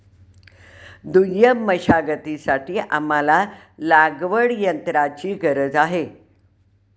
दुय्यम मशागतीसाठी आम्हाला लागवडयंत्राची गरज आहे